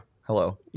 Hello